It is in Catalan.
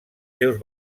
seus